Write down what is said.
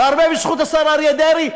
והרבה בזכות השר אריה דרעי,